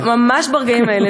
ממש ברגעים האלה,